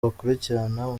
bakurikirana